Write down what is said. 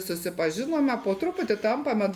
susipažinome po truputį tampame